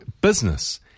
business –